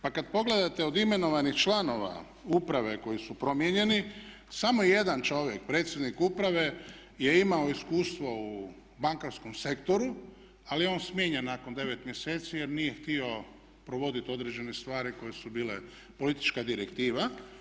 Pa kad pogledate od imenovanih članova uprave koji su promijenjeni samo je jedan čovjek predsjednik uprave je imao iskustvo u bankarskom sektoru, ali je on smijenjen nakon devet mjeseci jer nije htio provoditi određene stvari koje su bile politička direktiva.